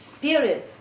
period